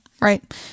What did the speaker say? right